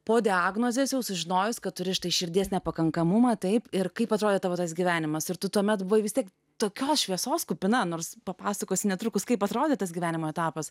po diagnozės jau sužinojus kad turi štai širdies nepakankamumą taip ir kaip atrodydavo tas gyvenimas ir tu tuomet buvai vis tiek tokios šviesos kupina nors papasakos netrukus kaip atrodė tas gyvenimo etapas